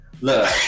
Look